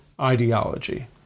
ideology